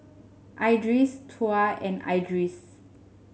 Idris Tuah and Idris